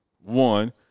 One